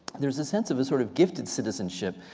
there's a sense of a sort of gifted citizenship,